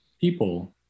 people